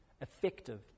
effective